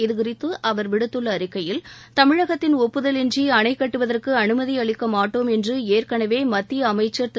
இதுகுறித்து அவர் விடுத்துள்ள அறிக்கையில் தமிழகத்தின் ஒப்புதலின்றி அணை கட்டுவதற்கு அனுமதி அளிக்கமாட்டோம் என்று ஏற்கனவே மத்திய அமைச்சர் திரு